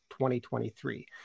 2023